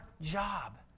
job